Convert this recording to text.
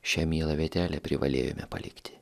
šią mielą vietelę privalėjome palikti